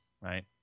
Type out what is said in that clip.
right